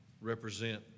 represent